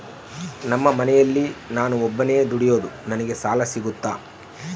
ನಮ್ಮ ಮನೆಯಲ್ಲಿ ನಾನು ಒಬ್ಬನೇ ದುಡಿಯೋದು ನನಗೆ ಸಾಲ ಸಿಗುತ್ತಾ?